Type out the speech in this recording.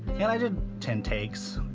and i did ten takes.